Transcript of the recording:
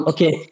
Okay